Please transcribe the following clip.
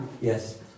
Yes